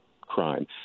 crime